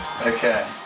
Okay